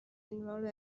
involve